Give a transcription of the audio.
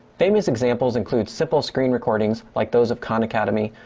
famous examples include simple screen recordings like those of khan academy,